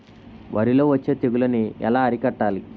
వరిలో వచ్చే తెగులని ఏలా అరికట్టాలి?